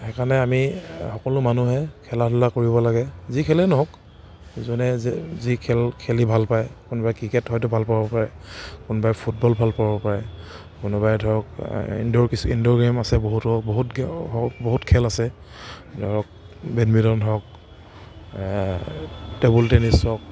সেইকাৰণে আমি সকলো মানুহে খেলা ধূলা কৰিব লাগে যি খেলেই নহওক যিজনে যে যি খেল খেলি ভাল পায় কোনোবাই ক্ৰিকেট হয়তো ভাল পাব পাৰে কোনোবাই ফুটবল ভাল পাব পাৰে কোনোবাই ধৰক ইনডোৰ বেছি ইনডোৰ গে'ম আছে বহুতো বহুত বহুত খেল আছে ধৰক বেডমিণ্টন হওক টেবুল টেনিছ হওক